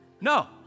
No